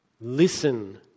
Listen